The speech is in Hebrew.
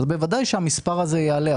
בוודאי המספר הזה יעלה,